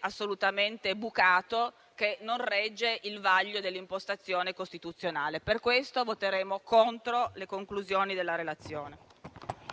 assolutamente bucato e non regge il vaglio dell'impostazione costituzionale. Per queste ragioni, voteremo contro le conclusioni della relazione.